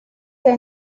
que